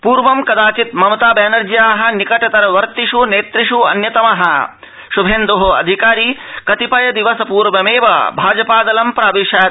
पूर्व कदाचित् ममता बर्जिया निकटतरवर्त्तिष् नेतृष् अन्यतम शुभेन्दु अधिकारी कतिपय दिवस पूर्वमेव भाजपा दलं प्रादिशत्